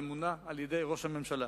ממונה על-ידי ראש הממשלה,